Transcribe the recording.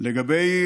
לגבי